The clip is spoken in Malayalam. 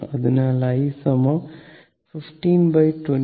അതിനാൽ i 15 20 10 0